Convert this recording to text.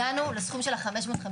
פה זה דרך המלך.